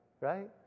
right